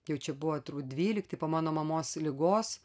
jau čia buvo turbūt dvylikti po mano mamos ligos